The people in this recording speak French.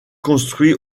construit